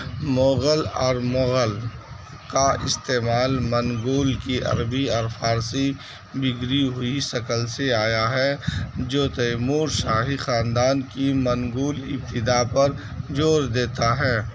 موغل اور مغل کا استعمال منگول کی عربی اور فارسی بگڑی ہوئی شکل سے آیا ہے جو تیمور شاہی خاندان کی منگول ابتدا پر جور دیتا ہے